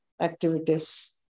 activities